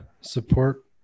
support